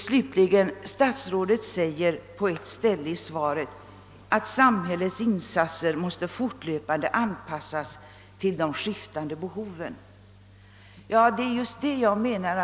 Slutligen har statsrådet på ett ställe i svaret skrivit att samhällets insatser fortlöpande måste anpassas till de skiftande behoven. Ja, det är just vad jag menar.